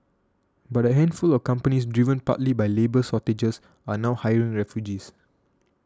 but a handful of companies driven partly by labour shortages are now hiring refugees